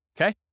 Okay